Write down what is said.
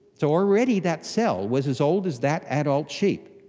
so already that cell was as old as that adult sheep.